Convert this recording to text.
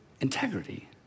integrity